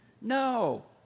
No